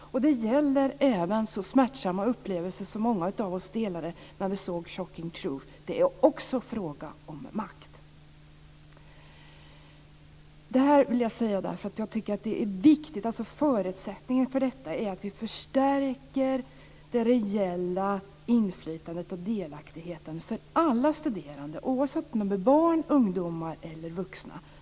Det gäller även så smärtsamma upplevelser som många av oss delade när vi såg Shocking truth. Det är också fråga om makt. Det här vill jag säga därför att jag tycker att det är viktigt. Förutsättningen för detta är att vi stärker det reella inflytandet och delaktigheten för alla studerande, oavsett om de är barn, ungdomar eller vuxna.